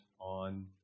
on